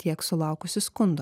tiek sulaukusi skundo